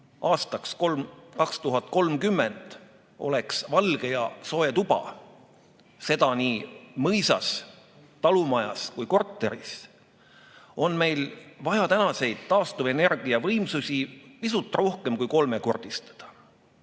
aastaks 2030 oleks valge ja soe tuba, seda nii mõisas, talumajas kui korteris, on meil vaja tänaseid taastuvenergiavõimsusi pisut rohkem kui kolmekordistada.